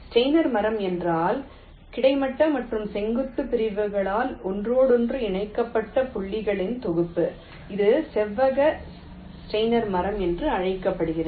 Steiner மரம் என்றால் கிடைமட்ட மற்றும் செங்குத்து பிரிவுகளால் ஒன்றோடொன்று இணைக்கப்பட்ட புள்ளிகளின் தொகுப்பு இது செவ்வக ஸ்டெய்னர் மரம் என்று அழைக்கப்படுகிறது